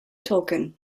tolkien